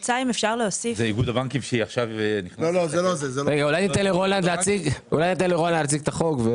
אולי ניתן לרולנד להציג את החוק.